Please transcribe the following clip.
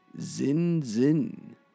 Zin-Zin